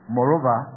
Moreover